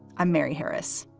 i'm mary harris.